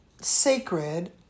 sacred